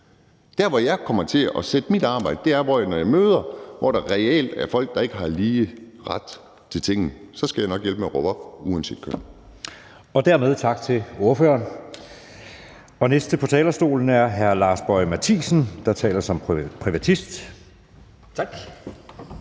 Der, hvor jeg kommer til at sætte ind med mit arbejde, er der, hvor der reelt er folk, der ikke har lige ret til tingene. Så skal jeg nok hjælpe med at råbe op uanset køn. Kl. 18:49 Anden næstformand (Jeppe Søe): Dermed tak til ordføreren. Den næste på talerstolen er hr. Lars Boje Mathiesen, der taler som privatist. Kl.